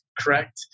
correct